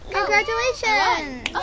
Congratulations